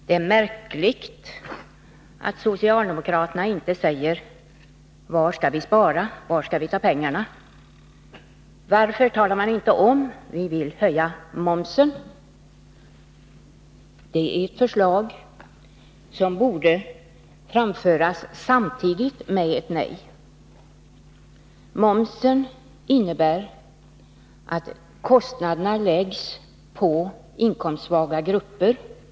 Det är märkligt att socialdemokraterna inte anger var vi skall spara och var vi skall ta pengarna. Varför talar de inte om att de vill höja momsen, ett förslag som borde ha framförts samtidigt med ett nej till karensdagarna. Momsen innebär att kostnaderna läggs även på inkomstsvaga grupper.